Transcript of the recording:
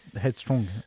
headstrong